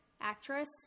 actress